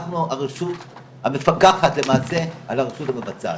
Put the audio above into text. אנחנו הרשות המפקחת על הרשות המבצעת.